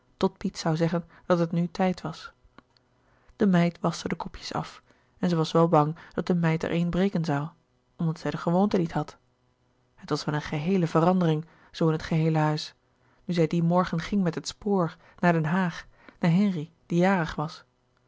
tot piet zoû zeggen dat het nu tijd was de meid waschte de kopjes af en zij was wel bang dat de meid er een breken zoû omdat zij de gewoonte niet had het was wel een geheele verandering zoo in het geheele huis nu zij dien morgen ging met het spoor naar den haag naar henri die jarig was